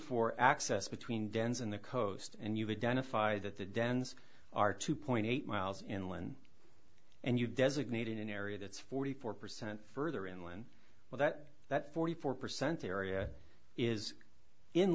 for access between dens in the coast and you've identified that the dens are two point eight miles inland and you designate in an area that's forty four percent further inland well that that forty four percent area is in